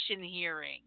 hearing